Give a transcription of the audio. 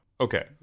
okay